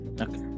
okay